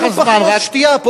שיחלקו לנו פחיות שתייה?